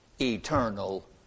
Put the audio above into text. eternal